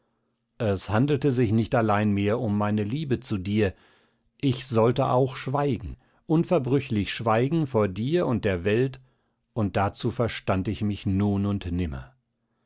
es handelte sich nicht allein mehr um meine liebe zu dir ich sollte auch schweigen unverbrüchlich schweigen vor dir und der welt und dazu verstand ich mich nun und nimmer